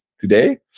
today